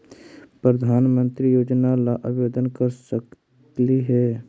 प्रधानमंत्री योजना ला आवेदन कर सकली हे?